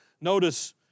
notice